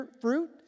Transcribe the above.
fruit